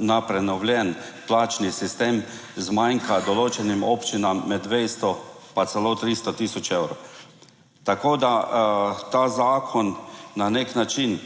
na prenovljen plačni sistem, zmanjka določenim občinam med 200 pa celo 300 tisoč evrov, tako da ta zakon na nek način,